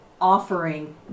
offering